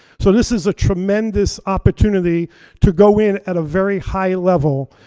so this is a tremendous opportunity to go in at a very high level.